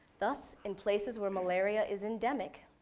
thus in places where malaria is endemic,